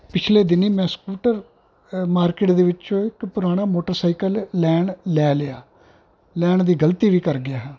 ਪਿਛਲੇ ਦਿਨ ਹੀ ਮੈਂ ਸਕੂਟਰ ਮਾਰਕੀਟ ਦੇ ਵਿੱਚ ਇੱਕ ਪੁਰਾਣਾ ਮੋਟਰਸਾਈਕਲ ਲੈਣ ਲੈ ਲਿਆ ਲੈਣ ਦੀ ਗਲਤੀ ਵੀ ਕਰ ਗਿਆ